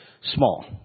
small